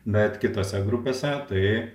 bet kitose grupėse tai